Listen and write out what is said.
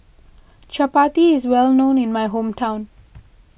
Chapati is well known in my hometown